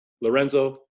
Lorenzo